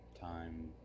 time